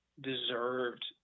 deserved